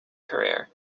career